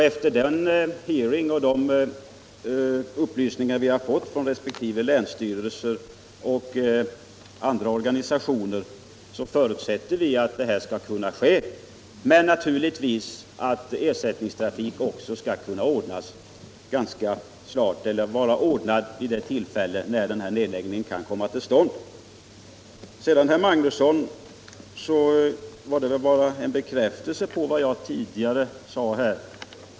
Efter de upplysningar som utskottet har fått om de övriga banorna från resp. länsstyrelser och organisationer anser vi att behovsprövningen kan göras. Naturligtvis förutsätter vi att frågan om ersättningstrafik är löst vid det tillfälle då nedläggningen kan ske. Herr Magnussons i Kristinehamn replik var väl bara en bekräftelse på vad jag tidigare sade.